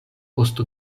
osto